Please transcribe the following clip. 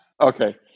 Okay